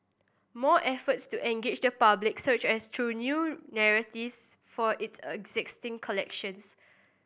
more efforts to engage the public such as through new narratives for its existing collections